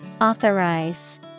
Authorize